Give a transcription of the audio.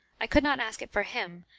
i could not ask it for him,